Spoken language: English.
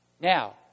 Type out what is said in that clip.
Now